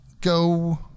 go